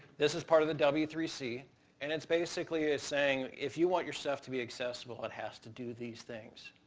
this is part of the w three c and it's basically saying if you want your stuff to be accessible it has to do these things.